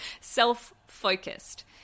self-focused